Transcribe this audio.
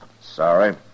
Sorry